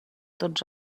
tots